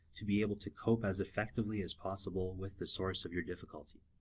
to be able to cope as effectively as possible with the source of your difficulty.